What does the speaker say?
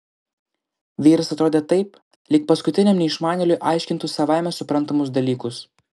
vyras atrodė taip lyg paskutiniam neišmanėliui aiškintų savaime suprantamus dalykus